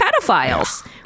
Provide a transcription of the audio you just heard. pedophiles